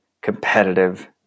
competitive